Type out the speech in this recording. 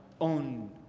own